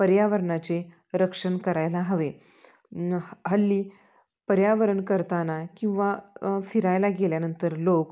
पर्यावरणाचे रक्षण करायला हवे हल्ली पर्यावरण करताना किंवा फिरायला गेल्यानंतर लोक